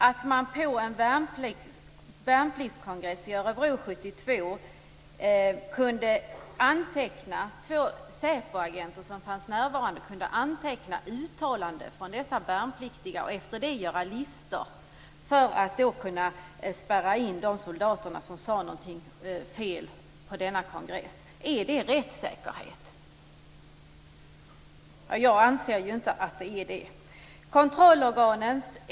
Att två SÄPO-agenter som fanns närvarande på en värnpliktskongress i Örebro 1972 kunde anteckna uttalanden från värnpliktiga och efter det göra listor för att kunna spärra in de soldater som sade något fel på denna kongress, är det rättssäkerhet? Jag anser inte att det är det.